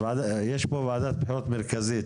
יש פה וועדת בחירות מרכזית,